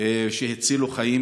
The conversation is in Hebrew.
שהצילו חיים.